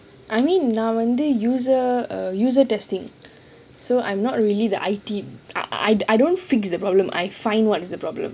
I mean நான் வந்து:naan wanthu user err user testing so I'm not really the I_T I don't fix the problem I find what is the problem